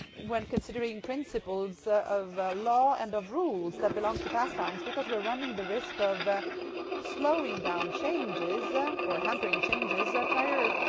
when considering principles of law and of rules that belong to pastimes because we're running the risk of slowing down changes or hampering changes prior